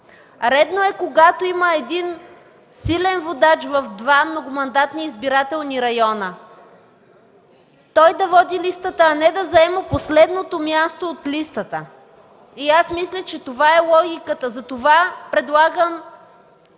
Редно е когато има един силен водач в два многомандатни избирателни района, той да води листата, а не да заема последното място от листата! Мисля, че това е логиката. Предлагам